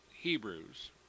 Hebrews